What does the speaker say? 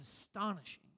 astonishing